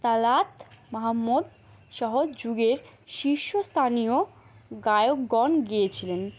তালাত মহাম্মদ সহ যুগের শীর্ষস্থানীয় গায়কগণ গেয়েছিলেন